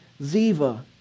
Ziva